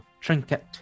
trinket